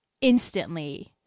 instantly